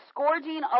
scourging